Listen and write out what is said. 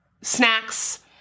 snacks